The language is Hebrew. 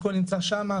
הכול נמצא שם.